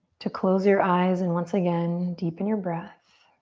to close your eyes and once again, deepen your breath.